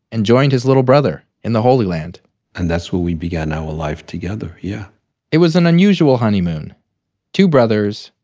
and joined his little brother in the holy land and that's where we began our life together. yeah it was an unusual honeymoon two brothers,